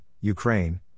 Ukraine